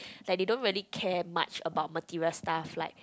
like they don't really care much about material stuff like